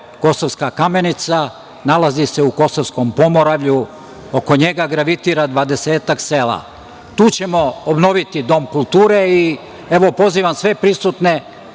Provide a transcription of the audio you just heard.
Kosovska Kamenica, nalazi se u Kosovskom pomoravlju, oko njega gravitira oko dvadesetak sela. Tu ćemo obnoviti dom kulture. Evo pozivam sve prisutne,